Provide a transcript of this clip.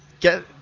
get